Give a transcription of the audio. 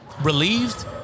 relieved